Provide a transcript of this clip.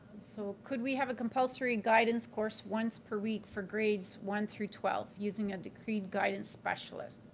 so could we have a compulsory and guidance course once per week for grades one through twelve using a decreed guidance specialist?